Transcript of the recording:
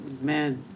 man